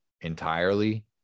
entirely